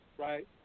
Right